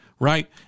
Right